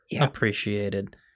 appreciated